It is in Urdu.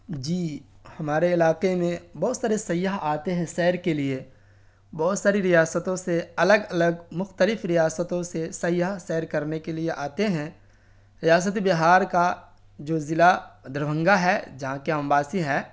جی ہمارے علاقے میں بہت سارے سیاح آتے ہیں سیر کے لیے بہت ساری ریاستوں سے الگ الگ مختلف ریاستوں سے سیاح سیر کرنے کے لیے آتے ہیں ریاست بہار کا جو ضلع دربھنگہ ہے جہاں کے ہم باسی ہیں